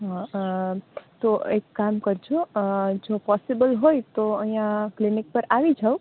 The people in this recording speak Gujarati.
હ તો એક કામ કરજો જો પોસિબલ હોય તો અહિયાં ક્લિનિક પર આવી જાયો